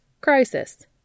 Crisis